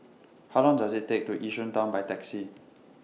How Long Does IT Take to Yishun Town By Taxi